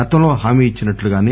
గతంలో హామీ ఇచ్సినట్లుగానే